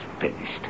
finished